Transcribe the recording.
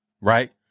right